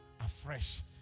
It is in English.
afresh